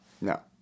no